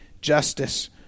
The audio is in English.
justice